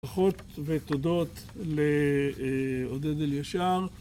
ברוכות ותודות לעודד אל ישר